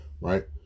right